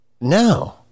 No